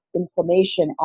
inflammation